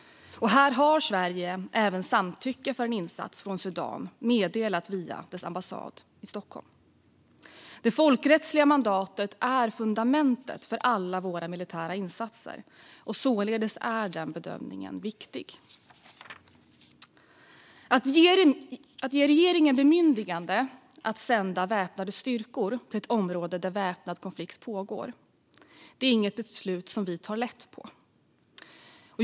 Här har Sverige även samtycke för insatsen från Sudan, vilket meddelats via dess ambassad i Stockholm. Det folkrättsliga mandatet är fundamentet för alla våra militära insatser. Således är den bedömningen viktig. Att ge regeringen bemyndigande att sända väpnade styrkor till ett område där väpnad konflikt pågår är inget beslut vi tar lätt på.